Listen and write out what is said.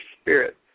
spirit